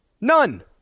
None